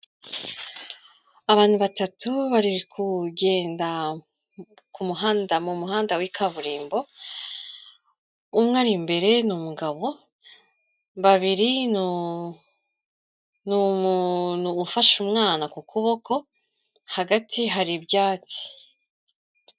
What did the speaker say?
Abantu batatu bari kugenda ku muhanda, mu muhanda w'ikaburimbo umwe ari imbere ni umugabo, babiri ni umuntu ufashe umwana ku kuboko, hagati hari ibyatsi.